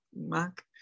Mark